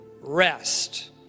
rest